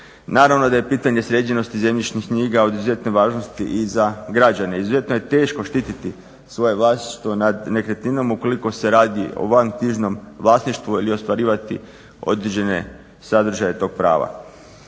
Naravno da je pitanje sređenosti zemljišnih knjiga od izuzetne važnosti i za građane. Izuzetno je štititi svoje vlasništvo nad nekretninom ukoliko se radi o vanknjižnom vlasništvu ili ostvarivati određene sadržaje tog prava.